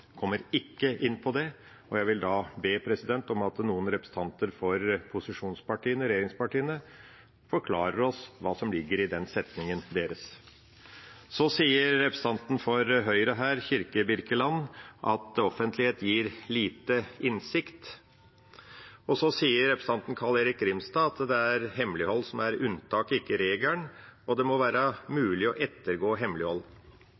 ikke inn på det. Jeg vil da be om at noen representanter for posisjonspartiene, regjeringspartiene, forklarer oss hva som ligger i den setningen deres. Representanten for Høyre her, Kirkebirkeland, sier at offentlighet gir lite innsikt. Representanten Carl-Erik Grimstad sier at det er hemmelighold som er unntaket, ikke regelen, og at det må være mulig å ettergå hemmelighold.